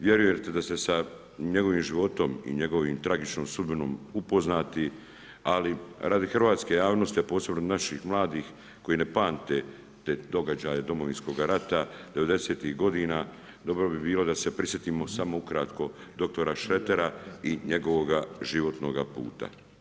Vjerujem da ste sa njegovim životom i njegovom tragičnom sudbinom upoznati, ali radi hrvatske javnosti, a posebno radi naših mladih koji ne pamte te događaje Domovinskoga rata 90ih godina, dobro bi bilo da se prisjetimo samo ukratko dr. Šretera i njegovoga životnoga puta.